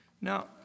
Now